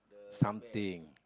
something